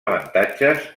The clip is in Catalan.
avantatges